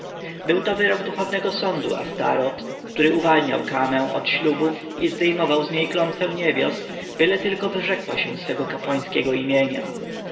był to wyrok duchownego sądu astoreth który uwalniał kamę od ślubów i zdejmował z niej klątwę niebios byle tylko wyrzekła się swego kapłańskiego imienia